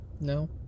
No